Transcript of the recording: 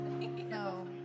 No